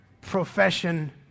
profession